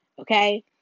Okay